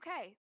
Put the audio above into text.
okay